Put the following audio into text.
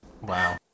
Wow